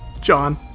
John